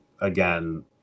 again